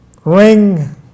ring